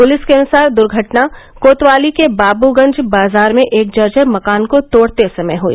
police के अनुसार दुर्घटना कोतवाली के बावूगंज बाजार में एक जर्जर मकान को तोड़ते समय हुई